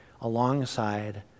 alongside